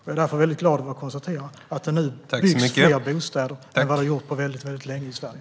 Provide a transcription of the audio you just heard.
Jag är därför väldigt glad att kunna konstatera att det nu byggs fler bostäder än vad det har gjorts på mycket länge i Sverige.